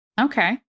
Okay